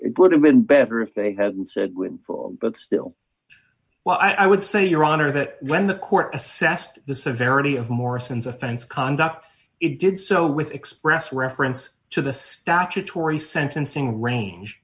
it would have been better if they hadn't said when for books well i would say your honor that when the court assessed the severity of morrison's offense conduct it did so with express reference to the statutory sentencing range